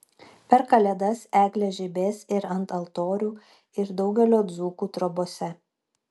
per kalėdas eglės žibės ir ant altorių ir daugelio dzūkų trobose